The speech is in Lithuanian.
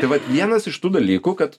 tai vat vienas iš tų dalykų kad